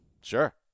Sure